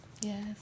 Yes